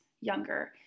younger